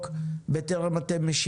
כאן.